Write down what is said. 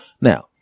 now